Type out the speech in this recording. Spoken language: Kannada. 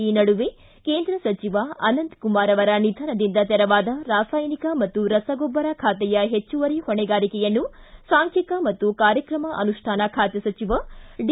ಈ ನಡುವೆ ಕೇಂದ್ರ ಸಚಿವ ಅನಂತ್ಕುಮಾರ ಅವರ ನಿಧನದಿಂದ ತೆರವಾದ ರಾಸಾಯನಿಕ ಮತ್ತು ರಸಗೊಬ್ಬರ ಬಾತೆಯ ಹೆಚ್ಚುವರಿ ಹೊಣೆಗಾರಿಕೆಯನ್ನು ಸಾಂಖ್ಕಿಕ ಮತ್ತು ಕಾರ್ಯಕ್ರಮ ಅನುಷ್ಠಾನ ಖಾತೆ ಸಚಿವ ಡಿ